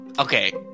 Okay